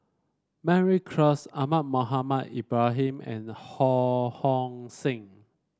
Mary Klass Ahmad Mohamed Ibrahim and Ho Hong Sing